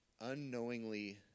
unknowingly